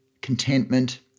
contentment